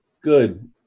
good